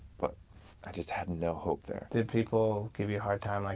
but i just had no hope there. did people give you a hard time like,